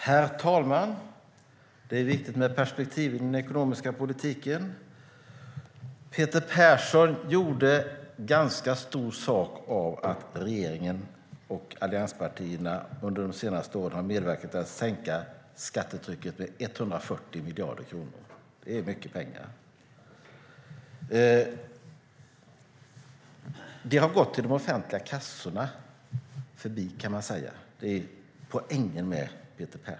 Herr talman! Det är viktigt med perspektiv i den ekonomiska politiken. Peter Persson gjorde ganska stor sak av att regeringen och allianspartierna under de senaste åren medverkat till att sänka skattetrycket med 140 miljarder kronor. Det är mycket pengar. Det har gått de offentliga kassorna förbi, kan man säga. Det är Peter Perssons poäng.